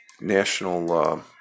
national